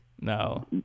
No